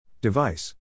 Device